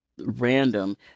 random